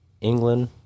England